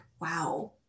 wow